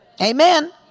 Amen